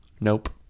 Nope